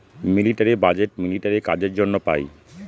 military budget military কাজের জন্য পাই